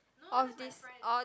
of this oh